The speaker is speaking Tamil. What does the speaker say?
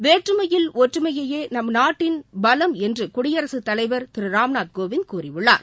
வேற்றுமையில் ஒற்றுமையே நம் நாட்டின் பலம் என்று குடியரசுத் தலைவர் திரு ராம்நாத் கோவிந்த் கூறியுள்ளார்